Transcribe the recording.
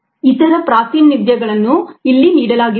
ಇತರ ಪ್ರಾತಿನಿಧ್ಯಗಳನ್ನು ಇಲ್ಲಿ ನೀಡಲಾಗಿದೆ